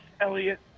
Elliot